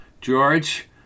George